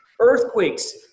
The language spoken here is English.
earthquakes